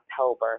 October